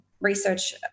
research